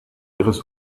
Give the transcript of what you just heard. ihres